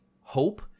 hope